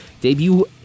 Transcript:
debut